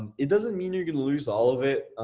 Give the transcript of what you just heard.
um it doesn't mean you're gonna lose all of it.